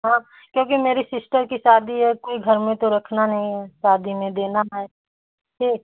हाँ क्योंकि मेरी सिस्टर की शादी है कोई घर में तो रखना नहीं है शादी में देना है ठीक